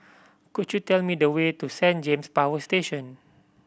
could you tell me the way to Saint James Power Station